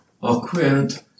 Awkward